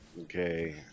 Okay